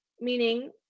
meaning